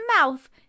mouth